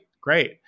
great